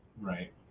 Right